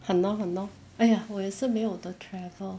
!hannor! !hannor! !aiya! 我也是没有得 travel